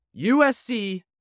USC